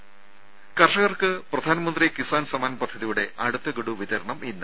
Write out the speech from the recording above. രും കർഷകർക്ക് പ്രധാൻമന്ത്രി കിസാൻ സമ്മാൻ പദ്ധതിയുടെ അടുത്ത ഗഡു വിതരണം ഇന്ന്